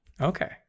okay